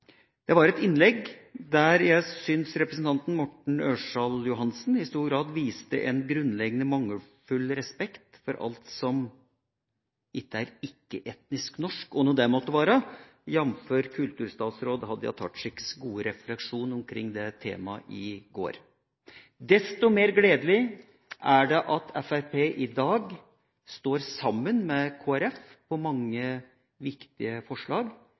Det var et innlegg der jeg syns representanten Morten Ørsal Johansen i stor grad viste en grunnleggende mangelfull respekt for alt som ikke er ikke etnisk norsk, hva nå det måtte være, jf. kulturstatsråd Hadia Tajiks gode refleksjoner omkring det temaet i går. Desto mer gledelig er det at Fremskrittspartiet i dag står sammen med Kristelig Folkeparti om mange, viktige forslag,